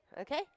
Okay